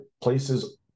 places